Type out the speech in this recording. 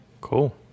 Cool